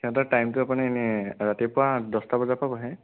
সিহঁতৰ টাইমটো আপুনি এনেই ৰাতিপুৱা দহটা বজাৰ পৰা বহে